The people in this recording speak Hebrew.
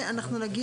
כן, אנחנו נגיע.